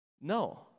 No